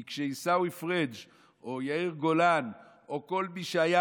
כי כשעיסאווי פריג' או יאיר גולן או כל מי שהיה